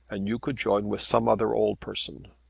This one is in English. and you could join with some other old person.